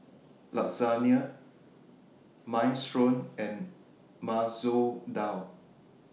Lasagne Minestrone and Masoor Dal